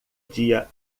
dia